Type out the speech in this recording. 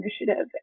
Initiative